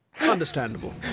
understandable